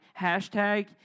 hashtag